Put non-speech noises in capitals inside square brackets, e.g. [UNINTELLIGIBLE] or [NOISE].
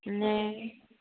[UNINTELLIGIBLE]